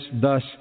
thus